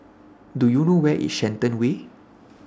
Do YOU know Where IS Shenton Way